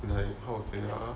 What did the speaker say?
like how to say ah